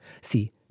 See